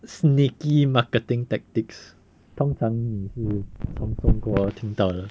sneaky marketing tactics 通常你是从中国听到的